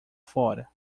fora